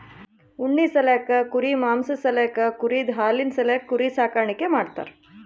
ಉಣ್ಣಿ ಸಾಲ್ಯಾಕ್ ಕುರಿ ಮಾಂಸಾ ಸಾಲ್ಯಾಕ್ ಕುರಿದ್ ಹಾಲಿನ್ ಸಾಲ್ಯಾಕ್ ಕುರಿ ಸಾಕಾಣಿಕೆ ಮಾಡ್ತಾರಾ